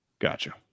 Gotcha